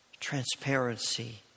Transparency